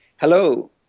Hello